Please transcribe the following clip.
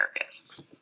areas